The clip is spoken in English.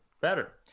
better